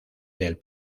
del